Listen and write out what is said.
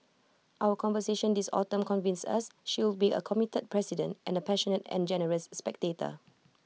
our conversations this autumn convince us she will be A committed president and A passionate and generous spectator